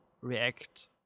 react